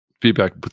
feedback